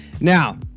Now